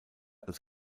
als